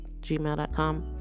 gmail.com